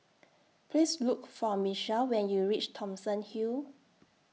Please Look For Michell when YOU REACH Thomson Hill